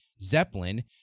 Zeppelin